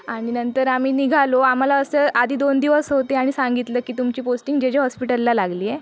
आणि नंतर आम्ही निघालो आम्हाला असं आधी दोन दिवस होते आणि सांगितलं की तुमची पोस्टिंग जे जे हॉस्पिटलला लागली आहे